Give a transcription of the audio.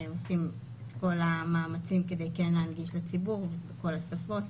עושים את כל המאמצים כדי להנגיש לציבור בכל השפות